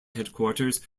headquarters